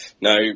Now